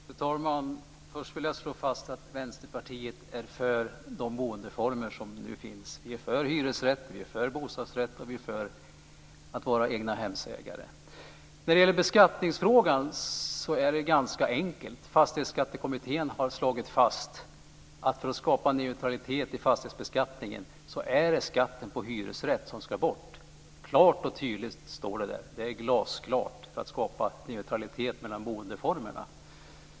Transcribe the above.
Fru talman! Först vill jag slå fast att Vänsterpartiet är för de boendeformer som nu finns. Vi är för hyresrätt, bostadsrätt och egna hem. När det gäller beskattningsfrågan är det ganska enkelt. Fastighetsskattekommittén har slagit fast att för att skapa neutralitet i fastighetsbeskattningen är det skatten på hyresrätt som ska bort. Det står klart och tydligt där. Det är glasklart att den ska bort för att skapa neutralitet mellan boendeformerna.